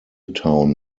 town